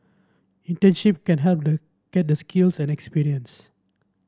internship can help them get the skills and experience